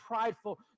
prideful